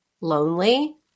lonely